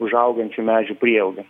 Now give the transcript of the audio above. užaugančiu medžių prieaugiu